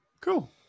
cool